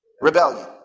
rebellion